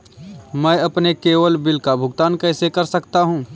मैं अपने केवल बिल का भुगतान कैसे कर सकता हूँ?